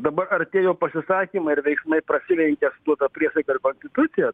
dabar ar tie jo pasisakymai ir veiksmai prasilenkia su duota priesaika ir konstitucija